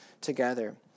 together